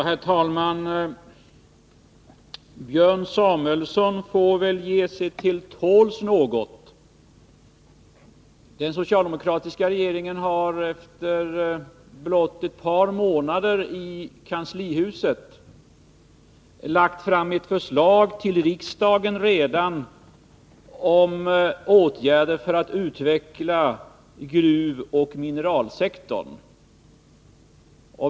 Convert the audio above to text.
Herr talman! Björn Samuelsson får väl ge sig till tåls något. Den socialdemokratiska regeringen har efter blott ett par månader i kanslihuset lagt fram ett förslag till riksdagen om åtgärder för att utveckla gruvoch mineralsektorn.